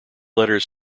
letters